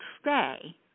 stay